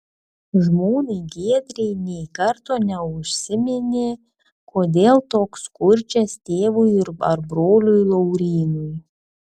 žmonai giedrei nė karto neužsiminė kodėl toks kurčias tėvui ar broliui laurynui